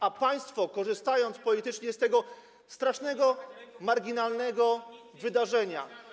A państwo, korzystając politycznie z tego strasznego, marginalnego wydarzenia.